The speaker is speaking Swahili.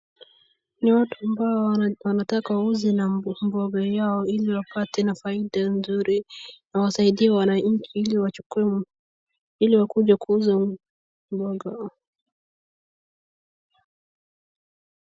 Ni watu ambao wanataka wauze na mboga yao ili wapate na faida nzuri na wasaidie wananchi ili wachukue, ili wakuje kuuza mboga.